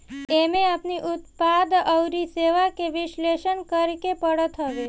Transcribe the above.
एमे अपनी उत्पाद अउरी सेवा के विश्लेषण करेके पड़त हवे